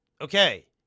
Okay